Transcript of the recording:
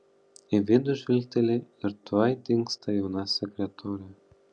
į vidų žvilgteli ir tuoj dingsta jauna sekretorė